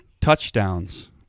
touchdowns